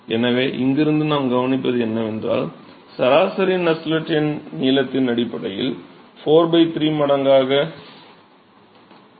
எனவே இங்கிருந்து நாம் கவனிப்பது என்னவென்றால் சராசரி நஸ்ஸெல்ட் எண் நீளத்தின் அடிப்படையில் 4 3 மடங்கு அதிகமாக இருக்க வேண்டும்